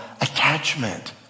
attachment